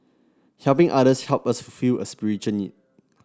helping others help us fulfil a spiritual need